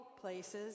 places